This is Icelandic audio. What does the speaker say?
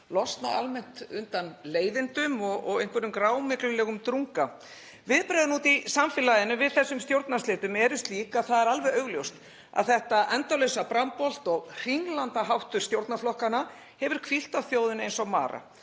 losna undan leiðindum og einhverjum grámyglulegum drunga. Viðbrögðin úti í samfélaginu við þessum stjórnarslitum eru slík að það er alveg augljóst að þetta endalausa brambolt og hringlandaháttur stjórnarflokkanna hefur hvílt á þjóðinni eins og mara,